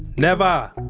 neva'!